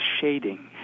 shading